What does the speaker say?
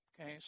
Okay